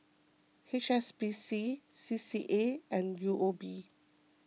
H S B C C C A and U O B